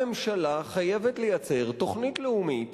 הממשלה חייבת לייצר תוכנית לאומית